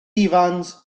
ifans